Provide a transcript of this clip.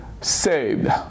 saved